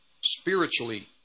spiritually